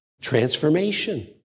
transformation